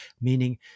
Meaning